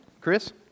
Chris